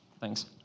thanks